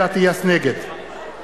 נגד שר השיכון נגד.